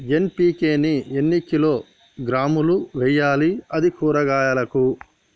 NPK ని ఎన్ని కిలోగ్రాములు వెయ్యాలి? అది కూరగాయలకు?